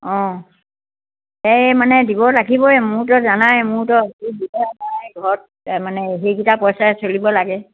অঁ এই মানে দিব লাগিবই মোৰতো জানাই মোৰতো ঘৰত মানে সেইকিটা পইচাৰে চলিব লাগে